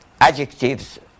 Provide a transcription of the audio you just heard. adjectives